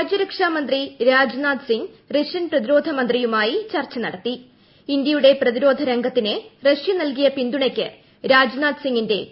രാജ്യരക്ഷാ മന്ത്രി രാജ്നാഥ് സിംഗ് റഷ്യൻ പ്രതിരോധ മന്ത്രിയു മായി ചർച്ച നടത്തീ ് ഇന്ത്യയുടെ പ്രതിരോധ രംഗത്തിന് റഷ്യ നൽകിയ പിന്തുണയ്ക്ക് രാജ്നാഥ് സിംഗിന്റെ പ്രശംസ